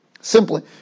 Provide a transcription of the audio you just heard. Simply